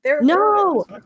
No